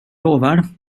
lovar